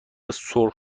سرخ